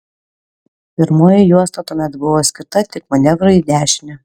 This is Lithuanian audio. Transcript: pirmoji juosta tuomet buvo skirta tik manevrui į dešinę